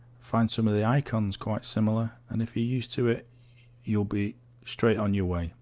find some of the icons quite similar and if you used to it you'll be straight on your way